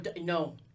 no